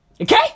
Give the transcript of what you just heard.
Okay